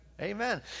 amen